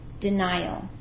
denial